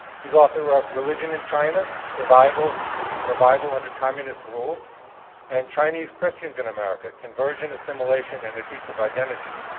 he's author of religion in china, survival and revival under communist rule and chinese christians in america, conversion, assimilation, and adhesive identities.